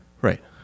Right